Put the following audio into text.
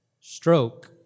stroke